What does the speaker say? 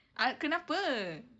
ugh kenapa